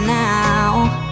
now